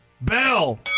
Bell